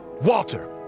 Walter